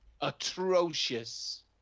Atrocious